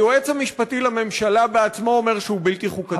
שהיועץ המשפטי לממשלה בעצמו אומר שהוא בלתי חוקתי,